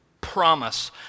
promise